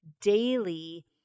daily